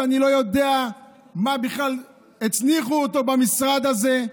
שאני לא יודע למה בכלל הצניחו אותו למשרד הזה,